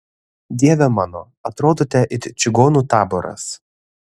dieve mano atrodote it čigonų taboras